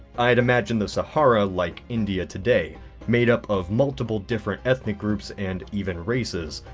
i'd imagine the sahara like india today made up of multiple different ethnic groups and even races.